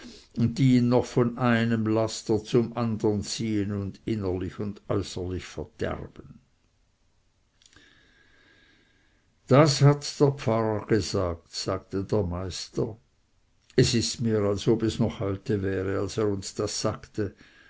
und die ihn noch von einem laster zum andern ziehen und innerlich und äußerlich verderben das hat der pfarrer gesagt sagte der meister es ist mir als ob es noch heute wäre als er uns das sagte